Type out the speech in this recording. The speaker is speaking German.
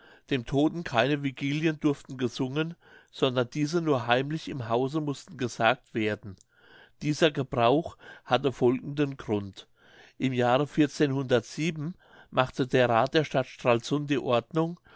dem todten keine vigilien durften gesungen sondern diese nur heimlich im hause mußten gesagt werden dieser gebrauch hatte folgenden grund im jahre machte der rath der stadt stralsund die ordnung